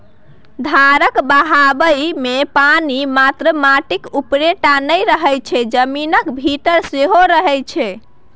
धारक बहावमे पानि मात्र माटिक उपरे टा नहि रहय छै जमीनक भीतर सेहो रहय छै